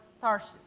Tarshish